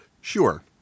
Sure